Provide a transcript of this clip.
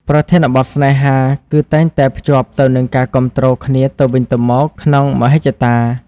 ប្រធានបទស្នេហា គឺតែងតែភ្ជាប់ទៅនឹងការគាំទ្រគ្នាទៅវិញទៅមកក្នុងមហិច្ឆតា